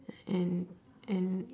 and and